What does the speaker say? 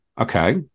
okay